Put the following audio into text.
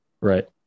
Right